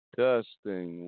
testing